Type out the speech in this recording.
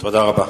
תודה רבה.